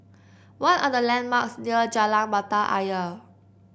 what are the landmarks near Jalan Mata Ayer